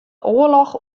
oarloch